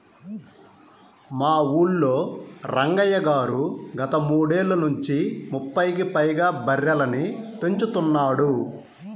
మా ఊల్లో రంగయ్య గారు గత మూడేళ్ళ నుంచి ముప్పైకి పైగా బర్రెలని పెంచుతున్నాడు